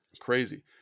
Crazy